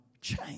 change